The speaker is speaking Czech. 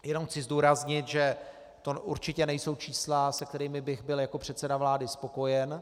Jenom chci zdůraznit, že to určitě nejsou čísla, se kterými bych byl jako předseda vlády spokojen.